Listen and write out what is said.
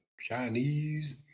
Chinese